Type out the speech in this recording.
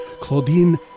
Claudine